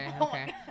Okay